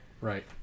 Right